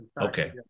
okay